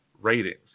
ratings